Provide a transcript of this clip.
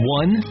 one